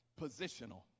positional